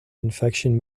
infection